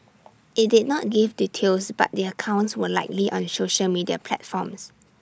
IT did not give details but their accounts were likely on social media platforms